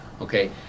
okay